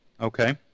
Okay